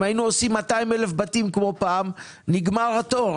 אם היינו עושים 200,000 בתים כמו פעם, נגמר התור.